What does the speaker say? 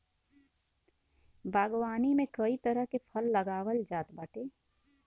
बागवानी में कई तरह के फल लगावल जात बाटे